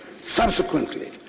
Subsequently